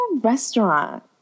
restaurant